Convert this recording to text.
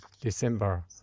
December